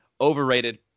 overrated